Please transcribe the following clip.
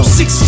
six